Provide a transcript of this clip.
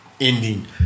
ending